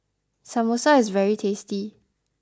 Samosa is very tasty